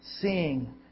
seeing